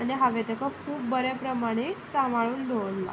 आनी हांवें ताका खूब बऱ्या प्रमाणें सांबाळून दवरलां